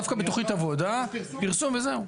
דווקא בתכנית עבודה פרסום וזהו.